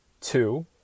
two